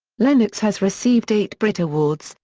lennox has received eight brit awards,